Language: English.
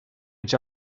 each